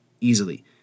easily